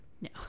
No